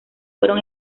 fueron